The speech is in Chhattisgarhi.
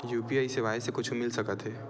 यू.पी.आई सेवाएं से कुछु मिल सकत हे?